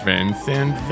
Vincent